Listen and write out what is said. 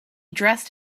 dressed